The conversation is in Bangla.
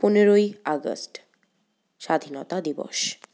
পনেরোই আগস্ট স্বাধীনতা দিবস